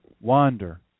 wander